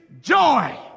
joy